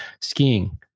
Skiing